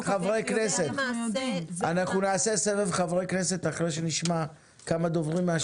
חברי הכנסת אחרי שנשמע כמה דוברים מן השטח.